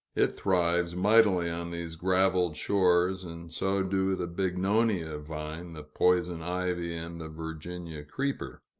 it thrives mightily on these gravelled shores, and so do the bignonia vine, the poison ivy, and the virginia creeper.